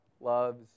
loves